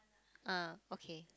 ah okay